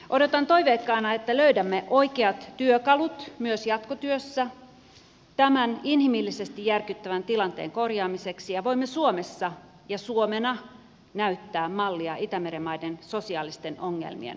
odotan toiveikkaana että löydämme oikeat työkalut myös jatkotyössä tämän inhimillisesti järkyttävän tilanteen korjaamiseksi ja voimme suomessa ja suomena näyttää mallia itämeren maiden sosiaalisten ongelmien ratkaisemisessa